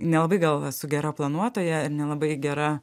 nelabai gal esu gera planuotoja ir nelabai gera